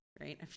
right